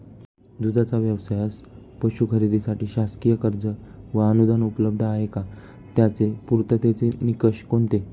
दूधाचा व्यवसायास पशू खरेदीसाठी शासकीय कर्ज व अनुदान उपलब्ध आहे का? त्याचे पूर्ततेचे निकष कोणते?